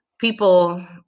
People